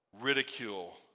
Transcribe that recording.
ridicule